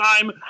time